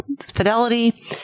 Fidelity